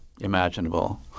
imaginable